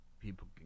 People